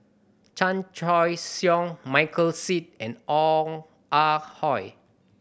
Chan Choy Siong Michael Seet and Ong Ah Hoi